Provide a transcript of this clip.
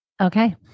Okay